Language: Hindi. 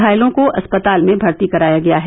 घायलों को अस्पताल में भर्ती कराया गया है